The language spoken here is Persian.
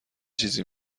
چیزی